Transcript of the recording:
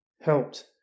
helped